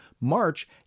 March